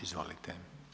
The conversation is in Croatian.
Izvolite.